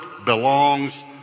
Belongs